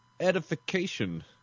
Edification